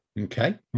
Okay